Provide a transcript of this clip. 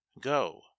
Go